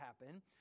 happen